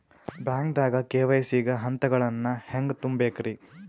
ಬ್ಯಾಂಕ್ದಾಗ ಕೆ.ವೈ.ಸಿ ಗ ಹಂತಗಳನ್ನ ಹೆಂಗ್ ತುಂಬೇಕ್ರಿ?